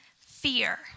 fear